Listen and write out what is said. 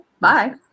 Bye